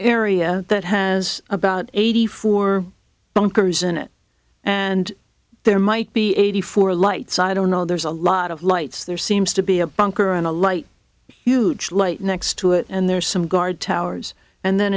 area that has about eighty four bunkers in it and there might be eighty four lights i don't know there's a lot of lights there seems to be a bunker and a light huge light next to it and there are some guard towers and then